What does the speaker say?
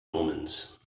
omens